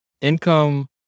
Income